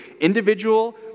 individual